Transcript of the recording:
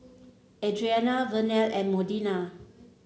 Adrianna Vernell and Modena